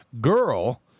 girl